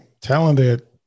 talented